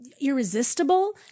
irresistible